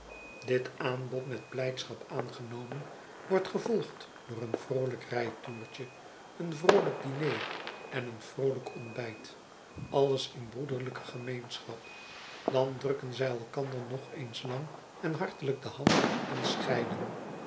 dit aanbod met blijdschap aangenomen wordt gevolgd door een vroolijk rijtoertje een vroolijk diner en een vroolijk ontbijt alles in broederlijke gemeenschap dan drukken zij elkander nog eens lang en hartelijk de hand en scheiden